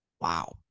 Wow